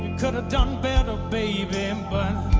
could've done better, baby um but